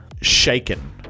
shaken